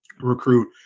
recruit